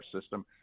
system